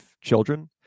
children